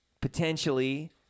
potentially